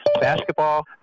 Basketball